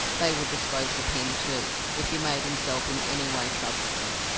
they would dispose of him, too, if he made himself in any way troublesome.